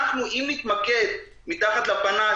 אם נתמקד מתחת לפנס,